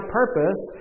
purpose